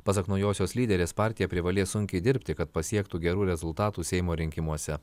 pasak naujosios lyderės partija privalės sunkiai dirbti kad pasiektų gerų rezultatų seimo rinkimuose